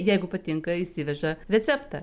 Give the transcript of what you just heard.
jeigu patinka išsiveža receptą